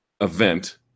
event